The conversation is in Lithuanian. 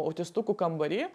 autistukų kambary